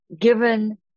given